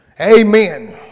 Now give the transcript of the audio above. Amen